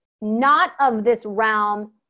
not-of-this-realm